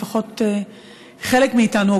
לפחות חלק מאיתנו,